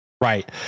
right